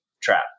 trap